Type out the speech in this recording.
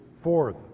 fourth